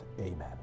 Amen